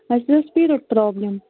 اسہِ اوس پیٖرڈ پرٛابلِم